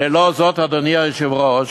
ללא זאת, אדוני היושב-ראש,